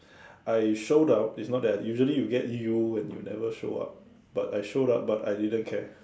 I showed up is not that I usually you'll get U and you never show up but I showed up but I didn't care